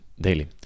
daily